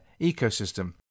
ecosystem